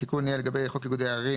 התיקון לגבי חוק איגודי ערים,